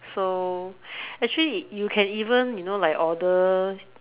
so actually you can even you know like order